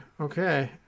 okay